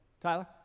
Tyler